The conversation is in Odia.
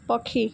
ପକ୍ଷୀ